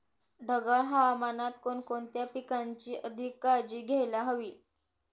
ढगाळ हवामानात कोणकोणत्या पिकांची अधिक काळजी घ्यायला हवी?